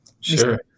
Sure